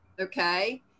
okay